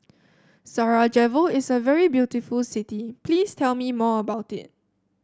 Sarajevo is a very beautiful city Please tell me more about it